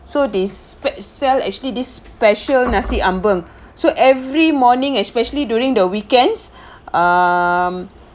so this sell actually this special nasi ambeng so every morning especially during the weekends um